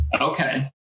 Okay